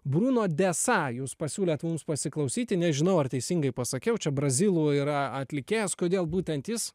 bruno desa jūs pasiūlėt mums pasiklausyti nežinau ar teisingai pasakiau čia brazilų yra atlikėjas kodėl būtent jis